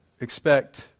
expect